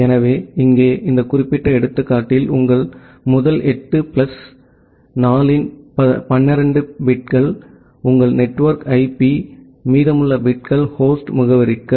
எனவே இங்கே இந்த குறிப்பிட்ட எடுத்துக்காட்டில் உங்கள் முதல் 8 பிளஸ் 4 இன் 12 பிட்கள் உங்கள் நெட்வொர்க் ஐபி மீதமுள்ள பிட்கள் ஹோஸ்ட் முகவரிக்கு